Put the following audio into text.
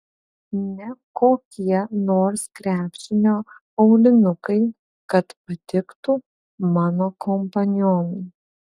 ne kokie nors krepšinio aulinukai kad patiktų mano kompanionui